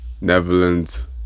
Netherlands